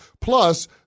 Plus